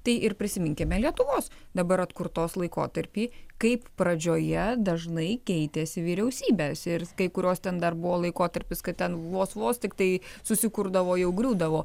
tai ir prisiminkime lietuvos dabar atkurtos laikotarpį kaip pradžioje dažnai keitėsi vyriausybės ir kai kurios ten dar buvo laikotarpis kad ten vos vos tiktai susikurdavo jau griūdavo